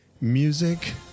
music